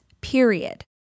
period